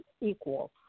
equal